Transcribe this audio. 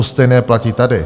To stejné platí tady.